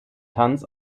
tanz